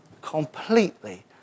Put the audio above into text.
Completely